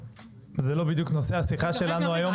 זה לא בדיוק נושא השיחה שלנו היום.